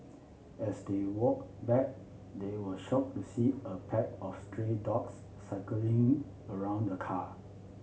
as they walked back they were shocked to see a pack of stray dogs circling around the car